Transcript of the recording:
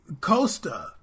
Costa